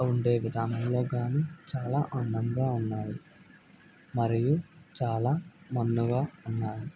ఉండే విధానంలో కానీ చాలా అందంగా ఉన్నాయి మరియు చాలా మన్నుగా ఉన్నాయి